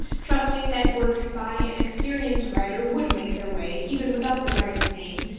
trusting that works by an experienced writer would make their way, even without the writer's name,